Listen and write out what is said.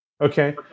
Okay